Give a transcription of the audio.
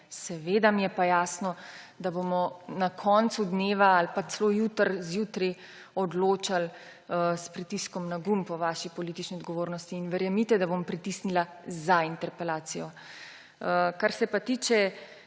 Seveda mi je pa jasno, da bomo na koncu dneva ali pa celo jutri zjutraj odločali s pritiskom na gumb o vaši politični odgovornosti. In verjemite, da bom pritisnila za interpelacijo. Kar se pa tiče